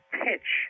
pitch